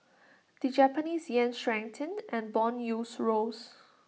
the Japanese Yen strengthened and Bond yields rose